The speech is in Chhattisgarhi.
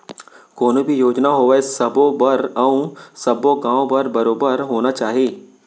कोनो भी योजना होवय सबो बर अउ सब्बो गॉंव बर बरोबर होना चाही